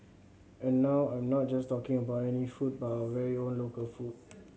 and now I'm not just talking about any food but our very own local food